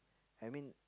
I mean